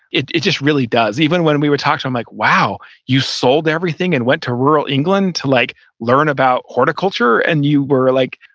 it it just really does. even when we talked, i'm like, wow, you sold everything and went to rural england to like learn about horticulture. and you were like,